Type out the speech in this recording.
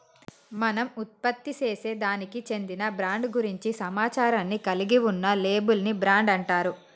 మనం ఉత్పత్తిసేసే దానికి చెందిన బ్రాండ్ గురించి సమాచారాన్ని కలిగి ఉన్న లేబుల్ ని బ్రాండ్ అంటారు